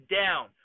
down